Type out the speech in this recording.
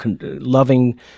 loving